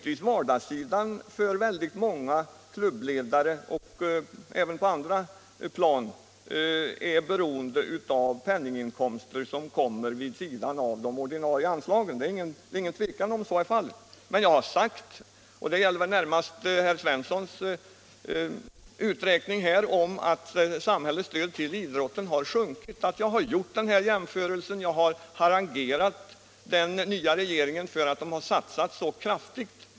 Vardagssidan, och även verksamheten på andra plan, är för många klubbledare beroende av penninginkomster vid sidan av de ordinarie anslagen — det är ingen tvekan om att så är fallet. När det gäller herr Svenssons uträkning att samhällets stöd till idrotten har sjunkit har jag redan gjort en jämförelse mellan den nya och den gamla regeringen och harangerat den nya regeringen för att den har satsat så kraftigt.